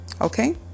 okay